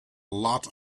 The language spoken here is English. lot